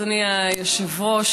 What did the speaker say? אדוני היושב-ראש,